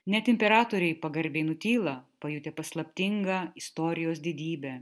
net imperatoriai pagarbiai nutyla pajutę paslaptingą istorijos didybę